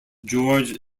george